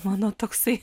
mano toksai